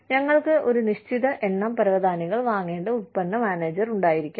ഞങ്ങൾക്ക് ഒരു നിശ്ചിത എണ്ണം പരവതാനികൾ വാങ്ങേണ്ട ഉൽപ്പന്ന മാനേജർ ഉണ്ടായിരിക്കാം